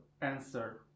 answer